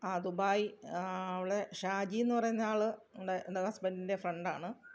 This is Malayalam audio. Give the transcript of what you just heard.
ആ ദുബായ് ഉള്ള ഷാജി എന്നുപറയുന്നെ ആള് ൻ്റെ എൻ്റെ ഹസ്ബെൻറ്റിൻ്റെ ഫ്രണ്ടാണ്